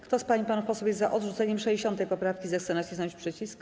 Kto z pań i panów posłów jest za odrzuceniem 60. poprawki, zechce nacisnąć przycisk.